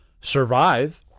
survive